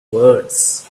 words